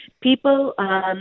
People